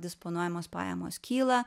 disponuojamos pajamos kyla